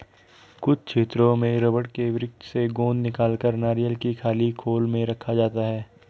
कुछ क्षेत्रों में रबड़ के वृक्ष से गोंद निकालकर नारियल की खाली खोल में रखा जाता है